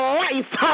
life